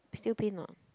p~ still pain not